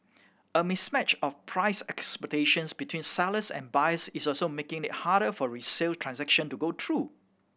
a mismatch of price expectations between sellers and buyers is also making it harder for resale transaction to go through